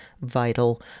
vital